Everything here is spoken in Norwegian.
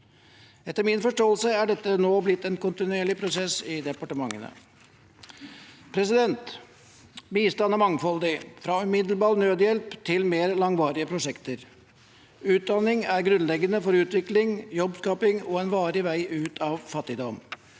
Etter min forståelse er dette nå blitt en kontinuerlig prosess i departementene. Bistand er mangfoldig, fra umiddelbar nødhjelp til mer langvarige prosjekter. Utdanning er grunnleggende for utvikling, jobbskaping og en varig vei ut av fattigdom.